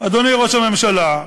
אדוני ראש הממשלה,